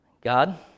God